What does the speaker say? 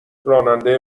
راننده